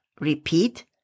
Repeat